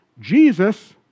Jesus